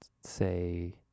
say